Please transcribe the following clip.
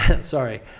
Sorry